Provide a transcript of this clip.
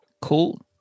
Cool